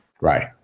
right